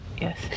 yes